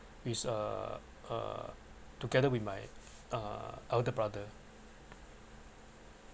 is uh uh together with my uh elder brother